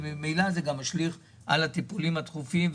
מה שמשליך על הטיפולים הדחופים.